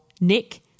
Nick